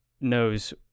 knows